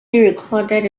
recorded